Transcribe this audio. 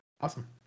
Awesome